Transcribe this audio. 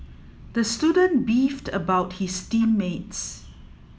the student beefed about his team mates